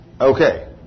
Okay